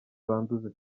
banduza